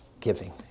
giving